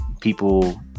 people